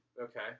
okay